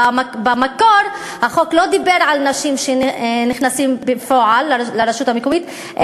במקור החוק לא דיבר על נשים שנכנסות בפועל לרשות המקומית,